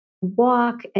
walk